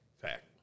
Fact